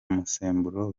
musemburo